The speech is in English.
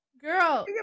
girl